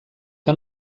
que